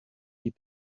die